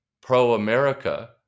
pro-America